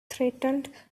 threatened